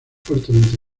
fuertemente